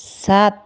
सात